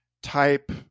type